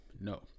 No